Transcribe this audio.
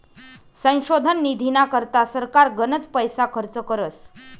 संशोधन निधीना करता सरकार गनच पैसा खर्च करस